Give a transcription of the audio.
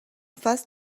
face